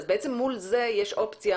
מול זה יש אופציה